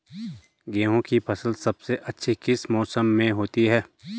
गेहूँ की फसल सबसे अच्छी किस मौसम में होती है